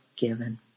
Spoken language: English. given